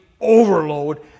overload